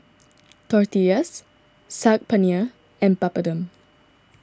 Tortillas Saag Paneer and Papadum